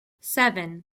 seven